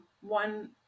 one